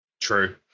true